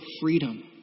freedom